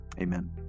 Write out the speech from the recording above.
Amen